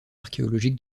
archéologique